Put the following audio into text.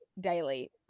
daily